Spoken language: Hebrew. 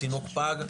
התינוק פג,